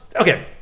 okay